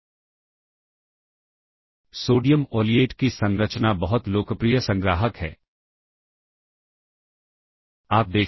इसलिए मूल्य के आधार पर कॉल के मामले में मूल रजिस्टर प्रभावित नहीं होने चाहिए मूल रजिस्टर प्रभावित नहीं होने चाहिए